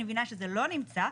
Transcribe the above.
אני מבינה שזה לא נמצא,